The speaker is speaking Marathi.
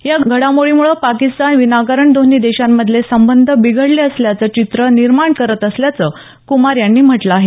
या घडामोडीमुळे पाकिस्तान विनाकारण दोन्ही देशांमधले संबंध बिघडले असल्याचं चित्र निर्माण करत असल्याचंही कुमार यांनी म्हटलं आहे